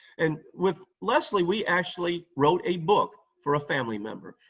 and with leslie, we actually wrote a book for a family member.